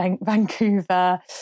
Vancouver